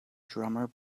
drummer